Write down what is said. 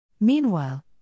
meanwhile